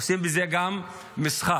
עושים מזה גם מסחר.